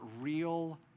real